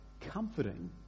comforting